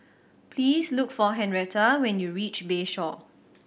please look for Henretta when you reach Bayshore